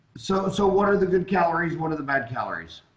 so so what are the good calories one of the bad calories?